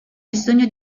bisogno